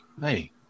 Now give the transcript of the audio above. hey